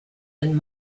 and